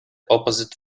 opposite